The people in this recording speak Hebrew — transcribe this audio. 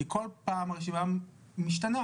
בכל פעם הרשימה משתנה.